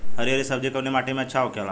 हरी हरी सब्जी कवने माटी में अच्छा होखेला?